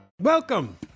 Welcome